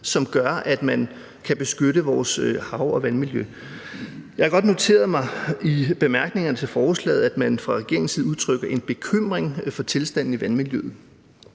som gør, at man kan beskytte vores hav- og vandmiljø. Jeg har godt noteret mig i bemærkningerne til forslaget, at man fra regeringens side udtrykker en bekymring for tilstanden i vandmiljøet,